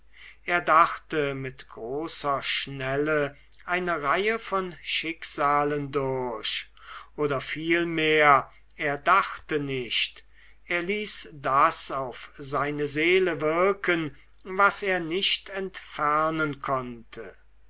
er dachte mit großer schnelle eine reihe von schicksalen durch oder vielmehr er dachte nicht er ließ das auf seine seele wirken was er nicht entfernen konnte